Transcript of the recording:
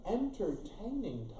entertaining